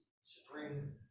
Spring